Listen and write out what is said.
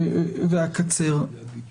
עצם קיום הדיון הוא חשוב ובייחוד בתקופה הזו.